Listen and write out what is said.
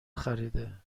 خریده